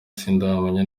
sindamenya